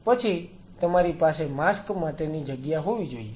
પછી તમારી પાસે માસ્ક માટેની જગ્યા હોવી જોઈએ